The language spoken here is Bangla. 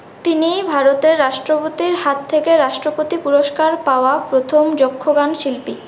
তিনিই ভারতের রাষ্ট্রপতির হাত থেকে রাষ্ট্রপতি পুরস্কার পাওয়া প্রথম যক্ষ গান শিল্পী